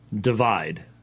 divide